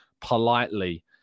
politely